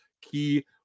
key